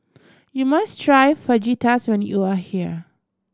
you must try Fajitas when you are here